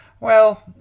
Well